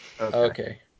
Okay